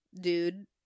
dude